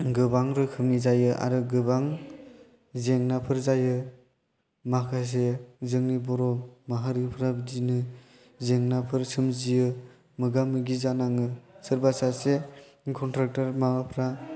गोबां रोखोमनि जायो आरो गोबां जेंनाफोर जायो माखासे जोंनि बर' माहारिफोरा बिदिनो जेंनाफोर सोमजियो मोगा मोगि जानाङो सोरबा सासे कन्ट्रेक्ट'र माबाफोरा